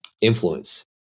Influence